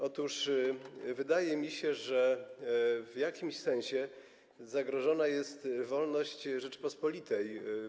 Otóż wydaje mi się, że w jakimś sensie zagrożona jest wolność „Rzeczpospolitej”